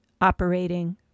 operating